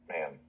Man